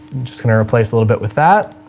just going to replace a little bit with that,